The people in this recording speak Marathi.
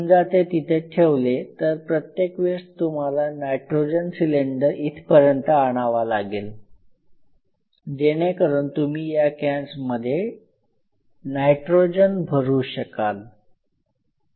समजा ते तिथे ठेवले तर प्रत्येक वेळेस तुम्हाला नायट्रोजन सिलेंडर इथपर्यंत आणावा लागेल जेणेकरून तुम्ही या कॅन्समध्ये नायट्रोजन भरू शकाल